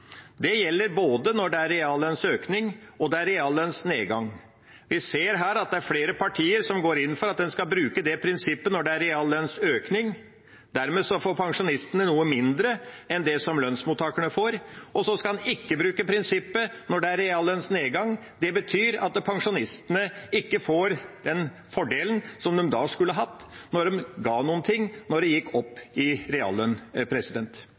Det gjelder både når det er reallønnsøkning, og når det er reallønnsnedgang. Vi ser her at det er flere partier som går inn for at en skal bruke det prinsippet når det er reallønnsøkning, dermed får pensjonistene noe mindre enn det lønnsmottakerne får, og så skal en ikke bruke prinsippet når det er reallønnsnedgang, det betyr at pensjonistene ikke får den fordelen som de da skulle hatt – når de ga noe da det gikk opp i reallønn.